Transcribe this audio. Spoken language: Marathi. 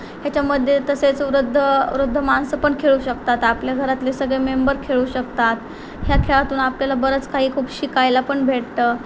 ह्याच्यामध्ये तसेच वृद्ध वृद्ध माणसं पण खेळू शकतात आपल्या घरातले सगळे मेंबर खेळू शकतात ह्या खेळातून आपल्याला बरंच काही खूप शिकायला पण भेटतं